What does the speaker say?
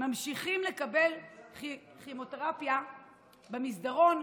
ממשיכים לקבל כימותרפיה במסדרון,